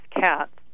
cats